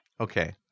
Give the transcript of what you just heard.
Okay